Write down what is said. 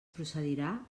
procedirà